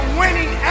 winning